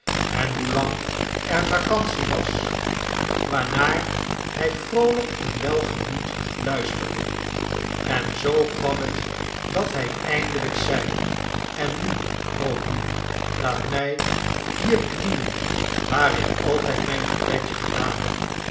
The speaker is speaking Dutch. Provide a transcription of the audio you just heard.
en hoelang er vacantie was waarnaar hy vroolyk en welgemoed luisterde en zoo kwam het dat hy eindelyk zei en nu grootmoe laat my hier knielen waar ik altyd mijn gebedje gedaan heb